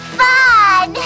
fun